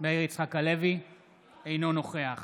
אינו נוכח